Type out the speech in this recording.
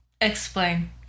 Explain